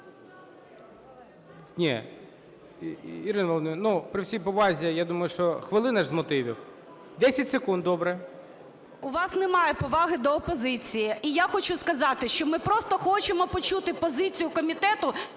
Ні. Ірина Володимирівна, при всій повазі, я думаю, що хвилина ж з мотивів? 10 секунд, добре. 13:18:39 ГЕРАЩЕНКО І.В. У вас немає поваги до опозиції. І я хочу сказати, що ми просто хочемо почути позицію комітету,